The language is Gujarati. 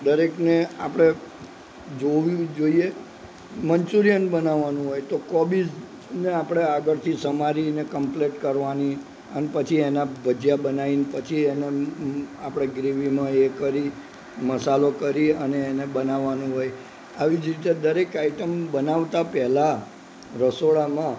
દરેકને આપણે જોવી જોઈએ મનચુરીયન બનાવવાનું હોય તો કોબીજ ને આપણે આગળથી સમારીને કમ્પલેટ કરવાની અને પછી એનાં ભજીયા બનાવીને પછી એનો આપણે ગ્રેવીમાં એ કરી મસાલો કરી અને એને બનાવવાનું હોય આવી જ રીતે દરેક આઈટમ બનાવતાં પહેલાં રસોડામાં